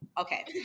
Okay